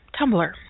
Tumblr